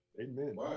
Amen